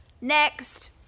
Next